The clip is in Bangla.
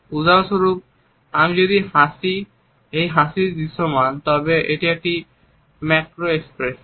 উদাহরণস্বরূপ যদি আমি হাসি এই হাসিটি দৃশ্যমান তবে এটি ম্যাক্রো এক্সপ্রেশন